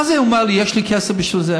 מה זה הוא אומר לי שיש לי כסף בשביל זה?